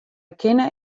kinne